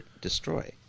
destroy